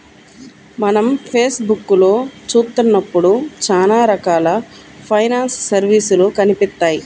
మనం ఫేస్ బుక్కులో చూత్తన్నప్పుడు చానా రకాల ఫైనాన్స్ సర్వీసులు కనిపిత్తాయి